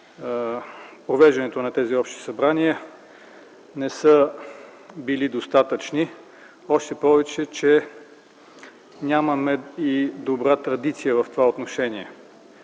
провеждането на тези общи събрания не са били достатъчни, още повече, че нямаме и добра традиция в това отношение.